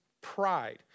pride